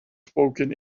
spoken